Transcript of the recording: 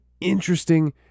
interesting